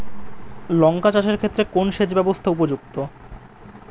লঙ্কা চাষের ক্ষেত্রে কোন সেচব্যবস্থা উপযুক্ত?